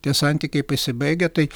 tie santykiai pasibaigia tai